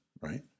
right